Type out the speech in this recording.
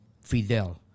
Fidel